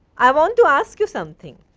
i want to ask you something.